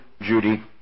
Judy